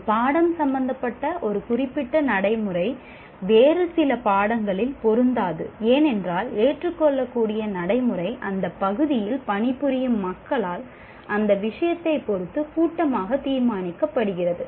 ஒரு பாடம் சம்பந்தப்பட்ட ஒரு குறிப்பிட்ட நடைமுறை வேறு சில பாடங்களில் பொருந்தாது ஏனென்றால் ஏற்றுக்கொள்ளக்கூடிய நடைமுறை அந்த பகுதியில் பணிபுரியும் மக்களால் அந்த விஷயத்தைப் பொறுத்து கூட்டாக தீர்மானிக்கப்படுகிறது